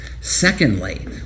Secondly